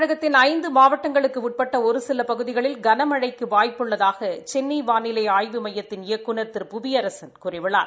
தமிழகத்தின் ஐந்து மாவட்டங்களுக்கு உட்பட்ட ஒரு சில பகுதிகளில் கனமழைக்கு வாய்ப்பு உள்ளதாக சென்னை வானிலை ஆய்வு மையத்தின் இயக்குநர் திரு புவியரசன் கூறியுள்ளார்